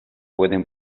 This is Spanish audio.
pueden